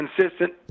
consistent